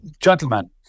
gentlemen